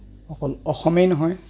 অকল অসমেই নহয়